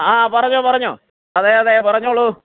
ആ പറഞ്ഞോ പറഞ്ഞോ അതെ അതെ പറഞ്ഞോളൂ